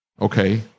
Okay